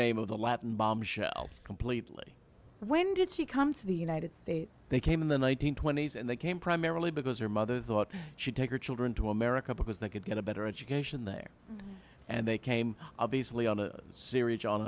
name of the latin bombshell completely when did she come to the united states they came in the one nine hundred twenty s and they came primarily because her mother thought she'd take her children to america because they could get a better education there and they came obviously on a series on